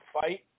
fight